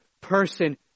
person